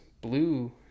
blue